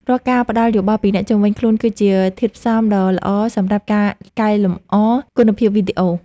រាល់ការផ្តល់យោបល់ពីអ្នកជុំវិញខ្លួនគឺជាធាតុផ្សំដ៏ល្អសម្រាប់ការកែលម្អគុណភាពវីដេអូ។